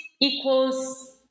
equals